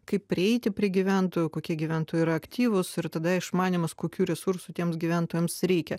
kaip prieiti prie gyventojų kokie gyventojai yra aktyvūs ir tada išmanymas kokių resursų tiems gyventojams reikia